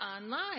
online